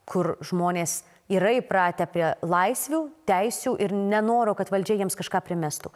kur žmonės yra įpratę prie laisvių teisių ir nenoro kad valdžia jiems kažką primestų